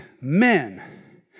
men